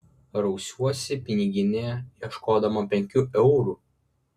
rausiuosi piniginėje ieškodama penkių eurų